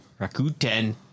Rakuten